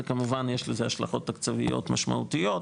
זה כמובן יש לזה השלכות תקציביות משמעותיות,